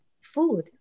food